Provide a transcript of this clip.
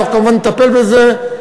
ואנחנו כמובן נטפל בזה.